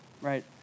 right